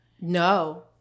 No